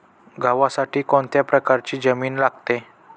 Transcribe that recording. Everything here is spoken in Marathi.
गव्हासाठी कोणत्या प्रकारची जमीन लागते?